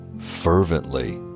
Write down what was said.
fervently